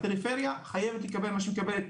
הפריפריה חייבת להתקדם במה שהיא מקבלת,